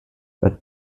but